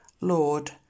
Lord